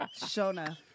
Shona